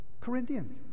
Corinthians